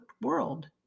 world